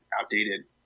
outdated